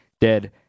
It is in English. dead